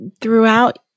throughout